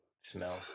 smell